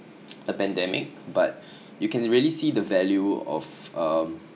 a pandemic but you can really see the value of um